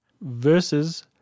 Versus